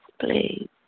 please